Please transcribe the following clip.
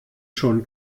schon